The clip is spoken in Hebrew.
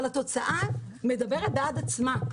אבל התוצאה מדברת בעד עצמה.